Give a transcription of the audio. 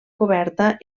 coberta